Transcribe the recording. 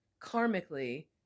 karmically